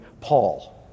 Paul